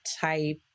type